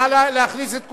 נא להכניס את כולם,